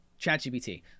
ChatGPT